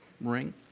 ring